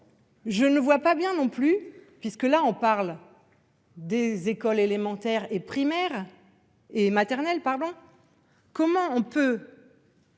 Je ne vois pas bien non plus, puisque l'on parle là des écoles élémentaires et maternelles, comment on peut